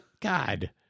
God